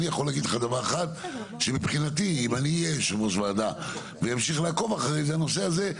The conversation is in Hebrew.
אני ממשיך לעקוב אחר הנושא הזה,